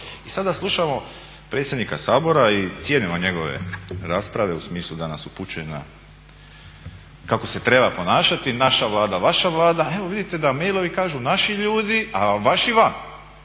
I sada slušamo predsjednika Sabora i cijenimo njegove rasprave u smislu da nas upućuje kako se treba ponašati naša Vlada, vaša Vlada, a evo vidite da mailovi kažu našu ljudi, a vaši van.